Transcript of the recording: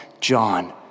John